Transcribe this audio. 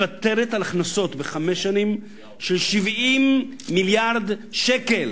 הממשלה מוותרת על הכנסות של 70 מיליארד שקל